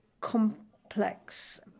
complex